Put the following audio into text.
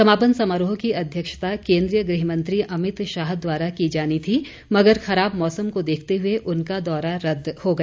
समापन समारोह की अध्यक्षता केन्द्रीय गृह मंत्री अमित शाह द्वारा की जानी थी मगर खराब मौसम को देखते हुए उनका दौरा रद्द हो गया